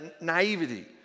naivety